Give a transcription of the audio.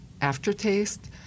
aftertaste